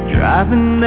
Driving